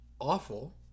awful